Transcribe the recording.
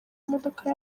imodoka